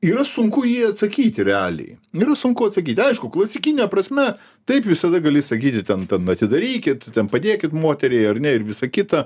yra sunku į jį atsakyti realiai yra sunku atsakyti aišku klasikine prasme taip visada gali sakyti ten ten atidarykit ten padėkit moteriai ar ne ir visa kita